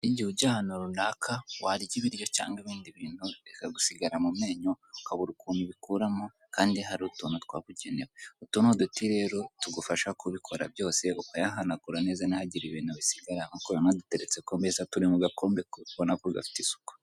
Igihe ujya ahantu runaka, warya ibiryo cyangwa ibindi bintu bikagusigara mu menyo ukabura ukuntu ubikuramo kandi hari utuntu twabugenewe, utu ni uduti rero tugufasha kubikora byose ukayahanagura neza ntihagire ibintu bisigara mo, nk'uko ubibona duteretse kumeza turi mu gakombe ubona ko gafite isuku.